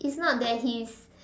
it's not that he is